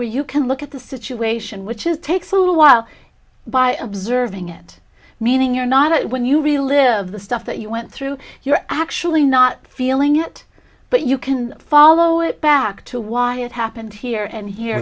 where you can look at the situation which is takes a while by observing it meaning you're not when you relive the stuff that you went through you're actually not feeling it but you can follow it back to why it happened here and hear